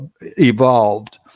evolved